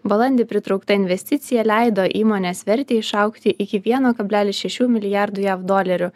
balandį pritraukta investicija leido įmonės vertei išaugti iki vieno kablelis šešių milijardų jav dolerių